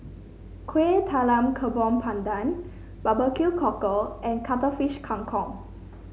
Kuih Talam pandan Barbecue Cockle and Cuttlefish Kang Kong